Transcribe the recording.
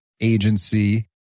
agency